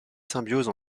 symbiose